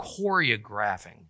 choreographing